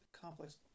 complex